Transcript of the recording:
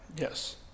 Yes